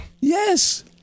Yes